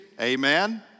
Amen